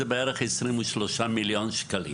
זה בערך 23 מיליון ₪.